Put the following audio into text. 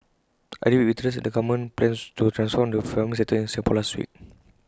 I read with interest the government plans to transform the farming sector in Singapore last week